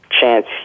chance